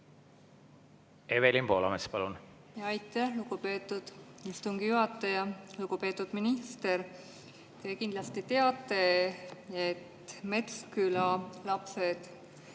Evelin Poolamets, palun! Aitäh, lugupeetud istungi juhataja! Lugupeetud minister! Te kindlasti teate, et Metsküla lapsed